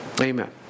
Amen